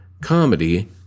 comedy